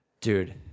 Dude